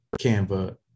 Canva